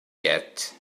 yet